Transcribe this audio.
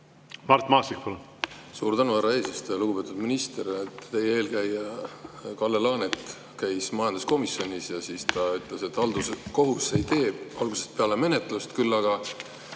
Mart Maastik, palun! Suur tänu, härra eesistuja! Lugupeetud minister! Teie eelkäija Kalle Laanet käis majanduskomisjonis ja siis ta ütles, et halduskohus ei tee algusest peale menetlust, küll aga